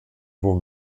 wohl